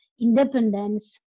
independence